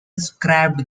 scrapped